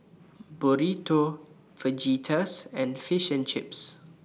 Burrito Fajitas and Fish and Chips